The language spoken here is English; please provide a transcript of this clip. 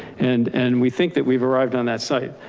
and and we think that we've arrived on that site.